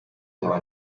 nkaba